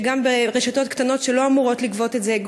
שגם ברשתות קטנות שלא אמורות לגבות את זה,